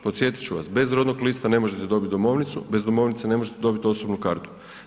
Podsjetit ću vas, bez rodnog lista, ne možete dobiti domovnicu, bez domovnice, ne možete dobiti osobnu kartu.